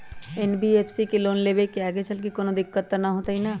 NBFC से loan लेबे से आगेचलके कौनो दिक्कत त न होतई न?